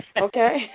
Okay